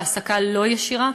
בהעסקה לא ישירה.